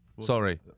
Sorry